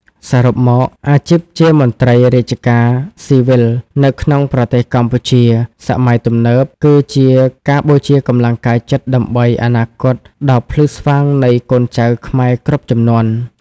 សរុបមក អាជីពជាមន្ត្រីរាជការស៊ីវិលនៅក្នុងប្រទេសកម្ពុជាសម័យទំនើប គឺជាការបូជាកម្លាំងកាយចិត្តដើម្បីអនាគតដ៏ភ្លឺស្វាងនៃកូនចៅខ្មែរគ្រប់ជំនាន់។